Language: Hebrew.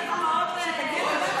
תקרא.